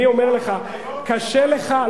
רק היום?